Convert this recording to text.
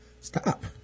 Stop